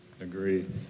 Agreed